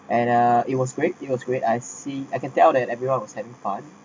and uh it was great it was great I see I can tell that everyone is having fun